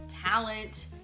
talent